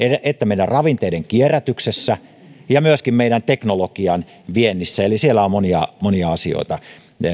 meidän ravinteiden kierrätyksessä että myöskin meidän teknologian viennissä eli siellä on monia monia asioita